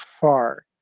far